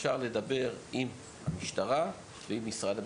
אפשר לדבר עם המשטרה ועם משרד המשפטים.